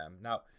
now